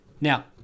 Now